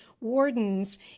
wardens